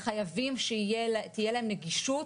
חייבים שתהיה להם נגישות,